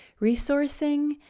resourcing